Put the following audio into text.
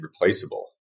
replaceable